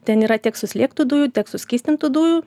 ten yra tiek suslėgtų dujų tiek suskystintų dujų